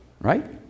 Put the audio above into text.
right